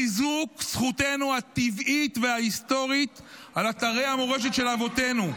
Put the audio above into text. חיזוק זכותנו הטבעית וההיסטורית על אתרי המורשת של אבותינו,